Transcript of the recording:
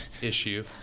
issue